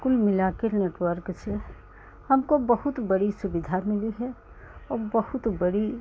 कुल मिलाकर नेटवर्क से हमको बहुत बड़ी सुविधा मिली है और बहुत बड़ी